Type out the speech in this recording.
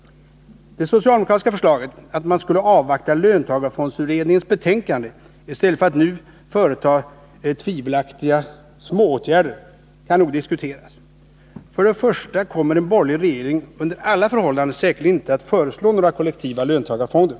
Det socialdemokratiska förslaget att man skulle avvakta löntagarfondsutredningens betänkande i stället för att nu företa tvivelaktiga smååtgärder kan nog diskuteras. Först och främst kommer en borgerlig regering under alla förhållanden säkerligen inte att föreslå några kollektiva löntagarfonder.